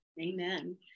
Amen